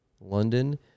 London